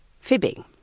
fibbing